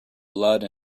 blood